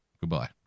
goodbye